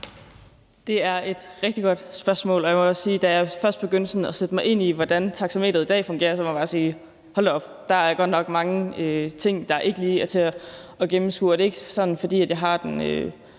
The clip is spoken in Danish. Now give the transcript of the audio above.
Det er et rigtig godt spørgsmål. Da jeg først begyndte at sætte mig ind i, hvordan taxameteret i dag fungerer, måtte jeg bare sige: Hold da op, der er godt nok mange ting, der ikke lige er til at gennemskue. Det er ikke sådan, at jeg har den